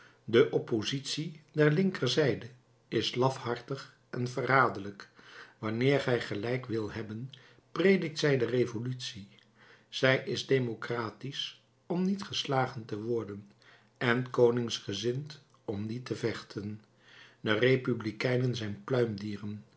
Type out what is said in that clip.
de oppositie der linkerzijde is lafhartig en verraderlijk wanneer zij gelijk wil hebben predikt zij de revolutie zij is democratisch om niet geslagen te worden en koningsgezind om niet te vechten de republikeinen zijn